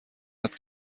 است